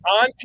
on